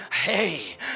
Hey